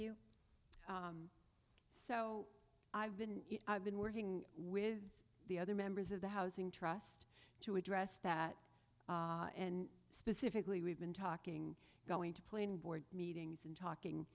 you so i've been i've been working with the other members of the housing trust to address that and specifically we've been talking going to plain board meetings and